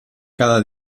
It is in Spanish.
cada